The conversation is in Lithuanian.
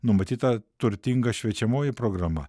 numatyta turtinga šviečiamoji programa